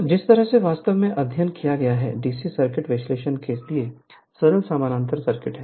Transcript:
तो जिस तरह से वास्तव में अध्ययन किया गया है डीसी सर्किट विश्लेषण के लिए सरल समानांतर सर्किट है